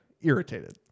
irritated